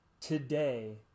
today